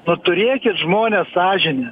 nu turėkit žmonės sąžinė